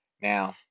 Now